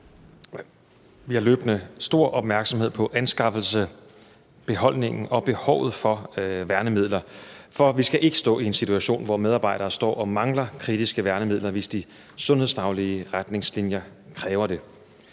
Vi har løbende stor opmærksomhed på anskaffelsen og beholdningen af og behovet for værnemidler, for vi skal ikke stå i en situation, hvor medarbejdere står og mangler kritiske værnemidler, hvis de sundhedsfaglige retningslinjer kræver det.